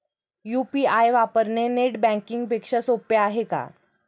UPI वापरणे net banking पेक्षा सोपे आहे का?